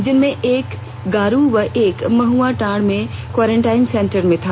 जिसमें एक गारु व एक महुआडांड़ में क्वारेंटाइन सेंटर में था